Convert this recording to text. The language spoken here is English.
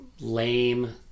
lame